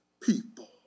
people